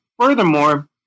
Furthermore